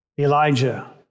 Elijah